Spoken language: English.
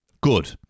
Good